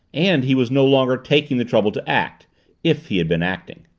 and he was no longer taking the trouble to act if he had been acting.